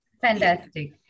Fantastic